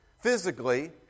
physically